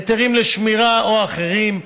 היתרים לשמירה או אחרים.